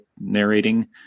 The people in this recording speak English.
narrating